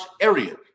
area